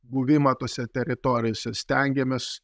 buvimą tose teritorijose stengėmės